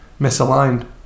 misaligned